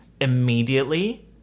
immediately